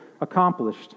accomplished